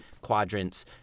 quadrants